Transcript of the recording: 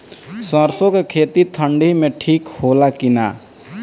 सरसो के खेती ठंडी में ठिक होला कि ना?